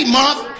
month